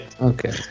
Okay